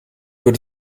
wird